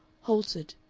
halted,